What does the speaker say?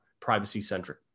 privacy-centric